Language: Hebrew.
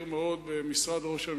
זה דבר שאין בו ימין ושמאל,